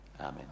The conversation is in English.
Amen